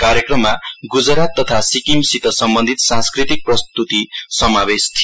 कार्यक्रममा गुजरात तथा सिक्किमसित सम्बन्धित सांस्कृतिक प्रस्तुति समावेश थियो